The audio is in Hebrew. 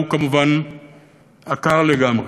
הוא כמובן עקר לגמרי.